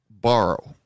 borrow